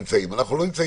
יכול מאוד להיות